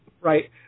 right